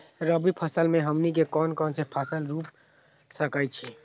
रबी फसल में हमनी के कौन कौन से फसल रूप सकैछि?